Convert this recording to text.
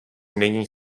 není